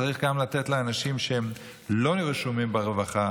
צריך גם לתת לאנשים שהם לא רשומים ברווחה,